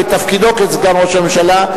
בתפקידו כסגן ראש הממשלה,